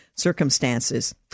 circumstances